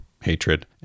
hatred